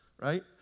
Right